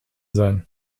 sein